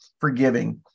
forgiving